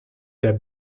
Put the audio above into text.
der